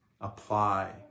apply